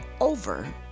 over